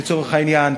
לצורך העניין.